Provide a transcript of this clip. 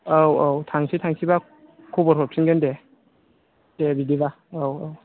औ औ थांसै थांसैब्ला खबर हरफिनगोन दे दे बिदिब्ला औ औ